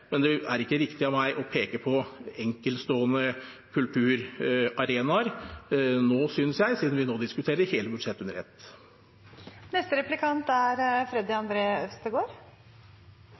men det er ikke riktig av meg å peke på enkeltstående kulturarenaer nå, synes jeg, siden vi nå diskuterer hele budsjettet under ett. Det er